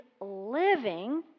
living